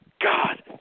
God